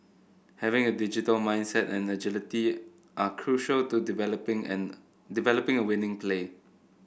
having a digital mindset and agility are crucial to developing and developing a winning play